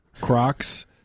Crocs